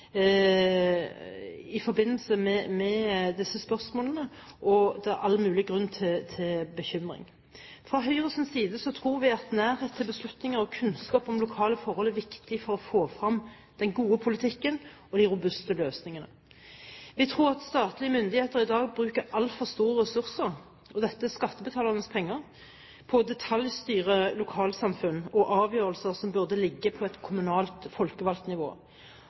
i forbindelse med disse spørsmålene, og det er all mulig grunn til bekymring. Fra Høyres side tror vi at nærhet til beslutninger og kunnskap om lokale forhold er viktig for å få frem den gode politikken og de robuste løsningene. Vi tror at statlige myndigheter i dag bruker altfor store ressurser – og dette er skattebetalernes penger – på å detaljstyre lokalsamfunn og avgjørelser, som burde ligge på et kommunalt folkevalgt nivå.